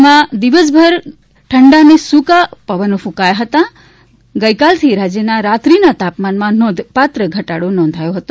રાજ્યમાં દિવસભર ઠંડા અને સૂકા પવનો કૃંકાય છે ગઇકાલથી રાજ્યમાં રાત્રીના તાપમાનમાં નોંધપાત્ર ધટાડો નોંધાયો છે